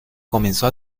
comenzó